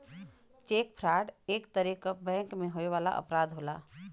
check fraud एक तरे क बैंक में होए वाला अपराध होला